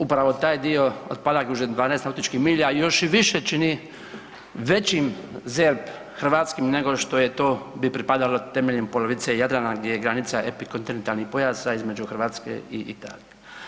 Upravo taj dio od Palagruže 12 nautičkih milja, još i više čini većim ZERP hrvatskim nego što je to, bi pripadalo temeljem polovice Jadrana gdje je granica epikontinentalni pojas između Hrvatske i Italije.